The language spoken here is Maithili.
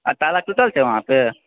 ताला टुटल छै वहाँ पे